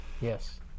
Yes